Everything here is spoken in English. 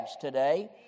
today